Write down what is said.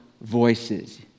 voices